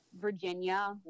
Virginia